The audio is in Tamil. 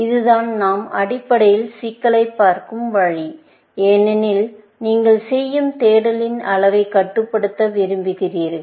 இதுதான் நாம் அடிப்படையில் சிக்கலைப் பார்க்கும் வழி ஏனெனில் நீங்கள் செய்யும் தேடலின் அளவைக் கட்டுப்படுத்த விரும்புகிறீர்கள்